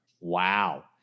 Wow